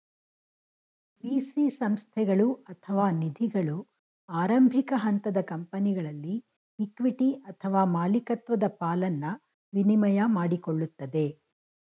VC ಸಂಸ್ಥೆಗಳು ಅಥವಾ ನಿಧಿಗಳು ಆರಂಭಿಕ ಹಂತದ ಕಂಪನಿಗಳಲ್ಲಿ ಇಕ್ವಿಟಿ ಅಥವಾ ಮಾಲಿಕತ್ವದ ಪಾಲನ್ನ ವಿನಿಮಯ ಮಾಡಿಕೊಳ್ಳುತ್ತದೆ